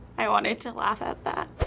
i wanted to laugh at that.